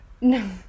No